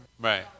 Right